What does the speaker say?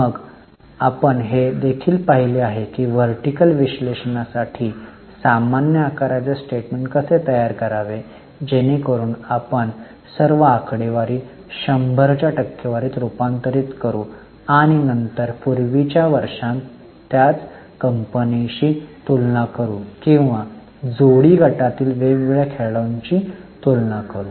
मग आपण हे देखील पाहिले आहे की वर्टीकल विश्लेषणासाठी सामान्य आकाराचे स्टेटमेंट कसे तयार करावे जेणेकरून आपण सर्व आकडेवारी 100 च्या टक्केवारीत रुपांतरित करू आणि नंतर आपण पूर्वीच्या वर्षांत त्याच कंपनीशी तुलना करू किंवा जोडी गटातील वेगवेगळ्या खेळाडूंची तुलना करू